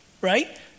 right